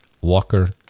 Walker